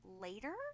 later